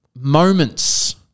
Moments